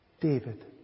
David